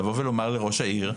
לבוא ולומר לראש העיר,